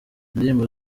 indirimbo